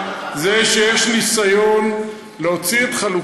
אתה לא אחראי, לא אנחנו.